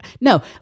no